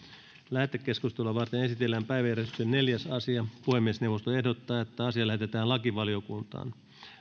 lähetekeskustelua varten esitellään päiväjärjestyksen neljäs asia puhemiesneuvosto ehdottaa että asia lähetetään lakivaliokuntaan